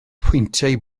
pwyntiau